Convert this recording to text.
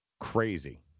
Crazy